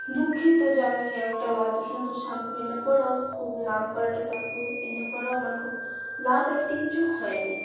দুঃখিত যে আমি একটা এত সুন্দর শ্যাম্পু এনে পরেও খুব নাম করা একটা শ্যাম্পু এনে পরেও আমার খুব লাভ একটা কিছু হয় নি